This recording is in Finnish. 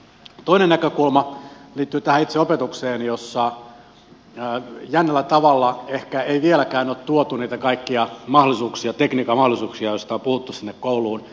toinen näkökulma liittyy tähän itse opetukseen jossa jännällä tavalla ehkä ei vieläkään ole tuotu niitä kaikkia tekniikan mahdollisuuksia joista on puhuttu sinne kouluun